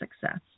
success